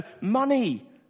money